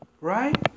right